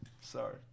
sorry